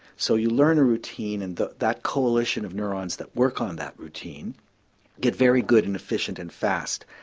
so you learn a routine and that that coalition of neurons that work on that routine get very good and efficient and fast.